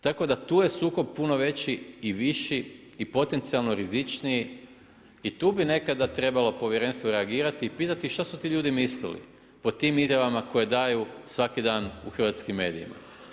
Tako da tu je sukob puno veći i viši i potencijalno rizičniji i tu bi nekada trebalo povjerenstvo reagirati i pitati šta su ti ljudi mislili po tim izjavama koje daju svaki dan u hrvatskim medijima.